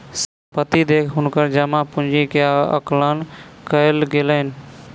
संपत्ति देख हुनकर जमा पूंजी के आकलन कयल गेलैन